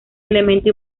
elemento